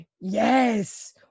yes